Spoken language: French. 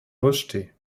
rejetée